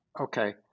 okay